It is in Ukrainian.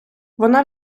вона